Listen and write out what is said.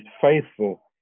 faithful